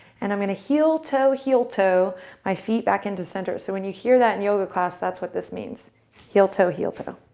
and i'm going to heel-toe-heel-toe my feet back into center. so when you hear that in yoga class, that's what this means heel-toe-heel-toe.